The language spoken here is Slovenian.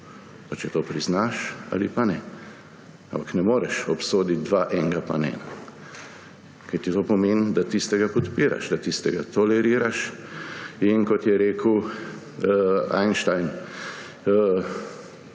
če to priznaš ali pa ne. Ampak ne moreš obsoditi dveh, enega pa ne, kajti to pomeni, da tistega podpiraš, da tistega toleriraš. Kot je rekel Einstein,